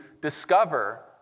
discover